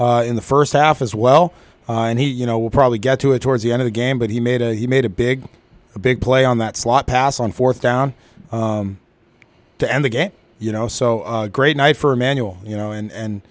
in the first half as well and he you know will probably get to it towards the end of the game but he made a he made a big big play on that slot pass on fourth down to end the game you know so great night for a manual you know and